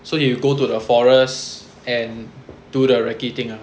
so you go to the forests and do the racky thing ah